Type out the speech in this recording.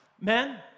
Men